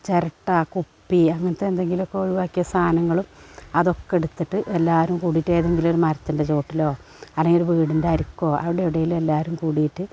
ചിരട്ട കുപ്പി അങ്ങനത്തെ എന്തെങ്കിലുമൊക്കെ ഒഴിവാക്കിയ സാധനങ്ങളും അതൊക്കെ എടുത്തിട്ട് എല്ലാവരും കൂടിയിട്ട് ഏതെങ്കിലുമൊരു മരത്തിൻ്റെ ചുവട്ടിലോ അല്ലെങ്കിലൊരു വീടിൻ്റെ അരുക്കോ അവിടെവിടേലുമെല്ലാവരും കൂടിയിട്ട്